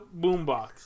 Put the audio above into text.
boombox